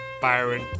Byron